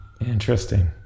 interesting